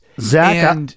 Zach